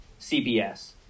cbs